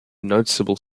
noticeable